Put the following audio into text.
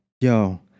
Yo